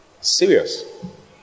Serious